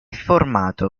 formato